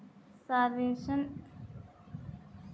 sovereign wealth fund के प्रयोग से उद्योग धंधों को बल मिलता है